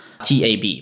TAB